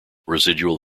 residual